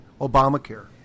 Obamacare